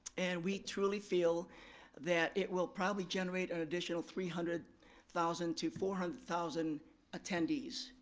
and we truly feel that it will probably generate an additional three hundred thousand to four hundred thousand attendees,